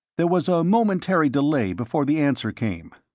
there was a momentary delay before the answer came.